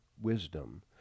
wisdom